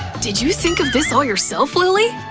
did you think of this all yourself, lily?